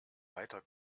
weiter